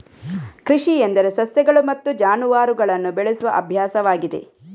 ಕೃಷಿ ಎಂದರೆ ಸಸ್ಯಗಳು ಮತ್ತು ಜಾನುವಾರುಗಳನ್ನು ಬೆಳೆಸುವ ಅಭ್ಯಾಸವಾಗಿದೆ